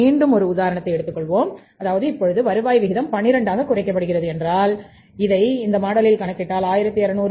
மீண்டும் ஒரு உதாரணத்தை எடுத்துக் கொள்வோம் அதாவது இப்பொழுது வருவாய் விகிதம் 12 ஆக குறைக்கப்படுகிறது என்றால் இதை இந்த மாடலில் கணக்கிட்டால் 1200X0